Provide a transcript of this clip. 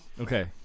Okay